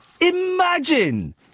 Imagine